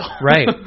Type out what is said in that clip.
right